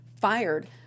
fired